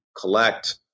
collect